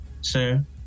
sir